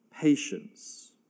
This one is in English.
patience